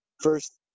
First